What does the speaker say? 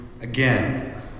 again